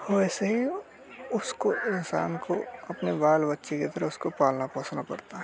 वैसे ही उसको इंसान को अपने बाल बच्चे की तरह उसको पालना पोसना पड़ता है